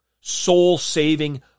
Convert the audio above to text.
soul-saving